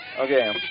Okay